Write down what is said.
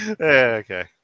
Okay